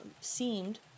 seemed